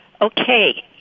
okay